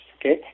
okay